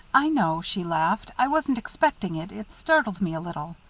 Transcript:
i know she laughed i wasn't expecting it it startled me a little.